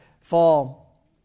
fall